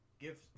Give